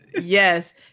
yes